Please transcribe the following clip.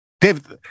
Dave